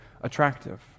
attractive